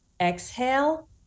Exhale